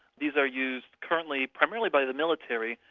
these are used currently primarily by the military,